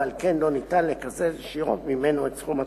ועל כן אין אפשרות לקזז ישירות ממנו את סכום התוספת.